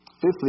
Fifthly